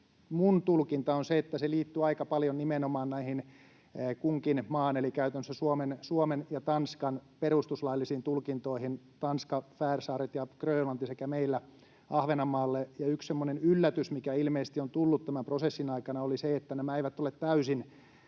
minun tulkintani on se, että se liittyi aika paljon nimenomaan näihin kunkin maan eli käytännössä Suomen ja Tanskan perustuslaillisiin tulkintoihin: Tanska, Färsaaret ja Grönlanti sekä meillä Ahvenanmaa. Yksi semmoinen yllätys, mikä ilmeisesti on tullut tämän prosessin aikana, oli se, että nämä eivät ole täysin